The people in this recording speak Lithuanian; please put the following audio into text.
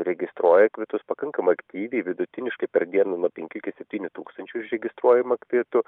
registruoja kvitus pakankamai aktyviai vidutiniškai per dieną nuo penkių iki septynių tūkstančių užregistruojama kvitų